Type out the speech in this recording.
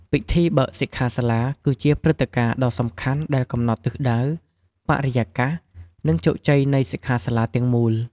ពិធីបើកសិក្ខាសាលា គឺជាព្រឹត្តិការណ៍ដ៏សំខាន់ដែលកំណត់ទិសដៅ បរិយាកាស និងជោគជ័យនៃសិក្ខាសាលាទាំងមូល។